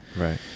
Right